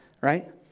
right